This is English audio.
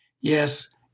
Yes